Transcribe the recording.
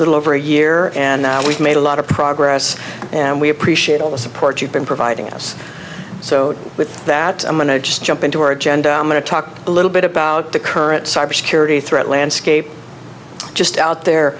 little over a year and now we've made a lot of progress and we appreciate all the support you've been providing us so with that i'm going to just jump into our agenda i'm going to talk a little bit about the current cybersecurity threat landscape just out there